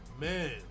Man